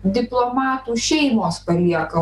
diplomatų šeimos palieka